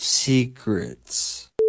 Secrets